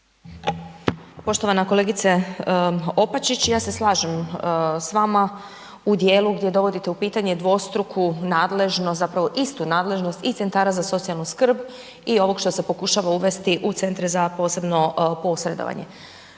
Poštovana kolegice Opačić. Ja se slažem s vama u dijelu gdje dovodite u pitanje dvostruku nadležnost, zapravo istu nadležnost i centara za socijalnu skrb i ovog što se pokušava uvesti u centre za posebno posredovanje.